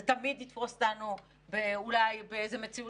זה תמיד יתפוס אותנו אולי באיזו מציאות